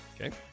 Okay